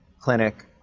clinic